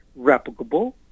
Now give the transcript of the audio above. replicable